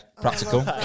practical